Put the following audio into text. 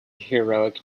heroic